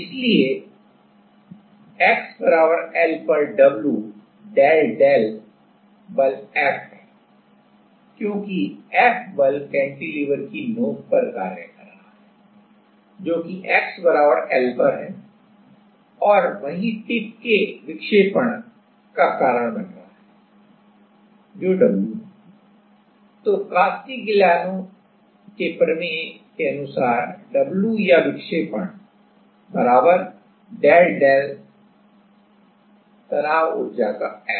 इसलिए x L पर w del del बल F है क्योंकि F बल कैंटीलेवर की नोक पर कार्य कर रहा है जो कि x L पर है और वही टिप के विक्षेपण का कारण बन रहा है जो w है तोकास्टिग्लिआनो के प्रमेय के अनुसार w या विक्षेपण डेल डेल तनाव ऊर्जा का F